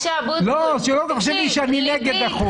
שלא תחשבי שאני נגד הצו.